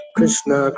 Krishna